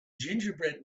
gingerbread